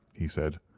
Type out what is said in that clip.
he said.